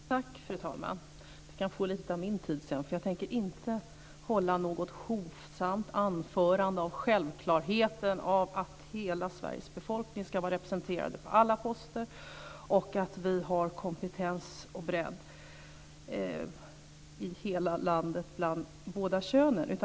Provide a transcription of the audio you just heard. Fru talman! Sonja Fransson kan få lite av min tid sedan, eftersom jag inte tänker hålla något hovsamt anförande om självklarheten i att hela Sveriges befolkning ska vara representerad på alla poster och att vi har kompetens och bredd i hela landet bland båda könen.